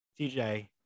TJ